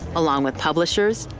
along with publishers,